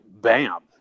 bam